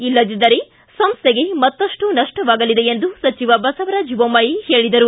ಇಲ್ಲದಿದ್ದರೆ ಸಂಸ್ಟೆಗೆ ಮತ್ತಷ್ಟು ನಷ್ಣವಾಗಲಿದೆ ಎಂದು ಸಚಿವ ಬಸವರಾಜ ಬೊಮ್ಮಾಯಿ ಹೇಳಿದರು